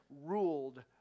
ruled